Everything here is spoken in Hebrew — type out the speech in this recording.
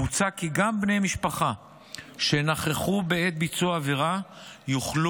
מוצע כי גם בני משפחה שנכחו בעת ביצוע העבירה יוכלו